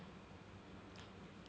okay then like for me I think